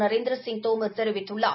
நரேந்திர சிங் தோமர் தெரிவித்துள்ளார்